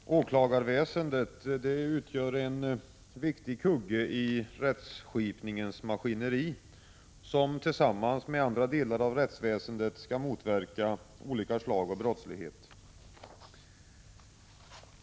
Fru talman! Åklagarväsendet utgör en viktig kugge i rättsskipningens maskineri, som tillsammans med andra delar av rättsväsendet skall motverka olika slag av brottslighet.